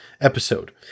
episode